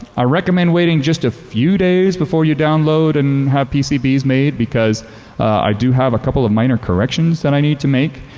i recommend waiting a few days before you download and have pcps made because i do have a couple of minor corrections and i need to make.